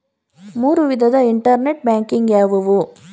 ಮೂರು ವಿಧದ internet banking ಯಾವುವು?